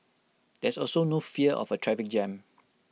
there's also no fear of A traffic jam